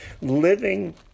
living